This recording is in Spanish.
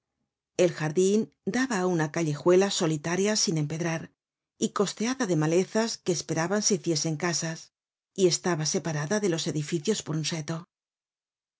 el jardin daba á una callejuela solitaria sin empedrar y costeada de malezas que esperaban se hiciesen casas y estaba separada de los edificios por un seto